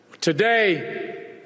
Today